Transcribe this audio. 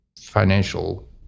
financial